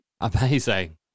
Amazing